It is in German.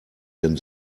denn